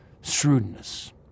shrewdness